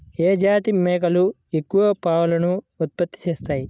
ఏ జాతి మేకలు ఎక్కువ పాలను ఉత్పత్తి చేస్తాయి?